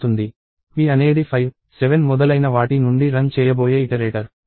p అనేది 5 7 మొదలైన వాటి నుండి రన్ చేయబోయే ఇటరేటర్